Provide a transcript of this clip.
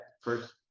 first